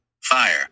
Fire